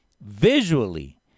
visually